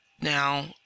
now